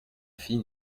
fille